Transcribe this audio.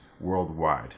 worldwide